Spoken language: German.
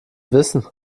wissen